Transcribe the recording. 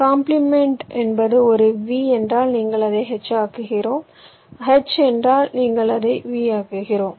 complement என்பது ஒரு V என்றால் அதை H ஆக்குகிறோம் H என்றால் அதை V ஆக்குகிறோம்